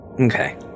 Okay